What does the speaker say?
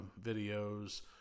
videos